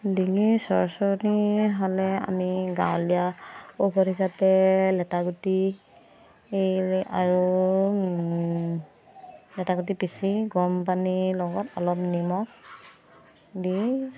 ডিঙিৰ চৰচৰণি খালে আমি গাঁৱলীয়া ঔষধ হিচাপে লেটা গুটি এই আৰু লেটা গুটি পিচি গৰম পানীৰ লগত অলপ নিমখ দি